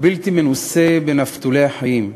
הבלתי-מנוסה בנפתולי החיים,